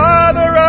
Father